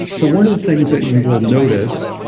so one of the things that you will notice,